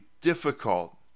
difficult